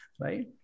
right